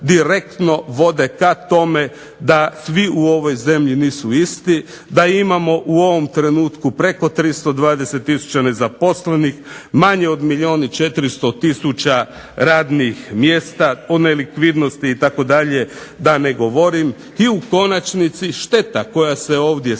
direktno vode k tome da svi u ovoj zemlji nisu isti, da imamo u ovom trenutku preko 320 tisuća nezaposlenih, manje od milijun i 400 tisuća radnih mjesta, o nelikvidnosti itd. da ne govorim i u konačnici šteta koja se ovdje stvara